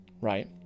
right